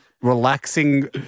Relaxing